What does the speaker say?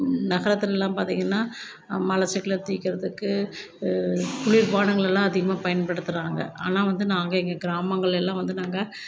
நகரத்துலெல்லாம் பார்த்தீங்கன்னா மலச்சிக்கலை தீர்க்குறதுக்கு குளிர்பானங்களெல்லாம் அதிகமாக பயன்படுத்துகிறாங்க ஆனால் வந்து நாங்கள் எங்கள் கிராமங்களெல்லாம் வந்து நாங்கள்